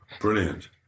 Brilliant